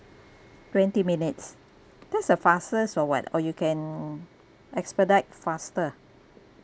twenty minutes that's the fastest or what or you can expedite faster